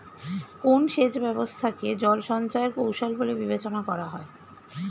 কোন সেচ ব্যবস্থা কে জল সঞ্চয় এর কৌশল বলে বিবেচনা করা হয়?